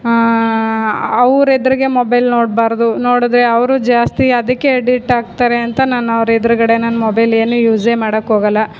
ಅವ್ರ ಎದುರಿಗೆ ಮೊಬೈಲ್ ನೋಡಬಾರ್ದು ನೋಡಿದರೆ ಅವರು ಜಾಸ್ತಿ ಅದಕ್ಕೆ ಅಡಿಟ್ ಆಗ್ತಾರೆ ಅಂತ ನಾನು ಅವ್ರ ಎದ್ರುಗಡೆ ನಾನು ಮೊಬೈಲ್ ಏನೂ ಯೂಸೆ ಮಾಡೋಕ್ಕೋಗಲ್ಲ